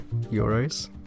euros